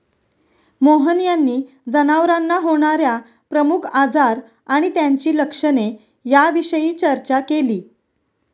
मोहन यांनी जनावरांना होणार्या प्रमुख आजार आणि त्यांची लक्षणे याविषयी चर्चा केली